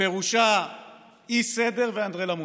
ופירושה אי-סדר ואנדרלמוסיה.